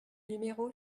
numéro